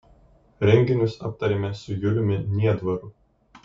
renginius aptarėme su juliumi niedvaru